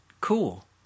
Cool